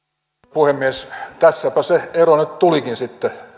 puhemies tässäpä se ero nyt tulikin sitten